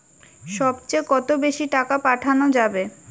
সব চেয়ে কত বেশি টাকা পাঠানো যাবে?